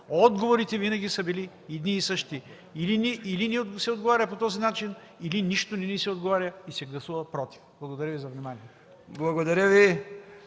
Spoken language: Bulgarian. Отговорите са били винаги едни и същи – или ни се отговаря по този начин, или нищо не ни се отговаря и се гласува „против”. Благодаря Ви за вниманието.